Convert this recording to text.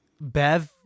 Bev